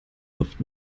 luft